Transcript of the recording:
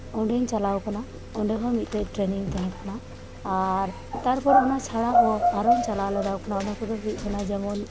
ᱚᱸᱰᱮᱧ ᱪᱟᱞᱟᱣ ᱟᱠᱟᱱᱟ ᱚᱸᱰᱮᱦᱚᱸ ᱢᱤᱫᱴᱮᱡ ᱴᱨᱮᱱᱤᱝ ᱛᱟᱦᱮᱸ ᱠᱟᱱᱟ ᱟᱨ ᱛᱟᱨᱯᱚᱨ ᱚᱱᱟ ᱪᱷᱟᱲᱟᱦᱚᱸ ᱟᱨᱚᱧ ᱪᱟᱞᱟᱣ ᱞᱟᱜᱟ ᱟᱠᱟᱱᱟ ᱚᱱᱟᱠᱚᱫᱚ ᱦᱩᱭᱩᱜ ᱠᱟᱱᱟ ᱡᱮᱢᱚᱱ